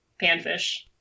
panfish